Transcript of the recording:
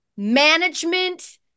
management